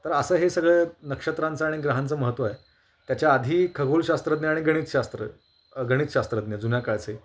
तर असं हे सगळं नक्षत्रांचं आणि ग्रहांचं महत्त्व आहे तर त्याच्या आधी खगोलशास्त्रज्ञ आणि गणितशास्त्र गणितशात्रज्ञ जुन्या काळचे